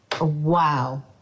wow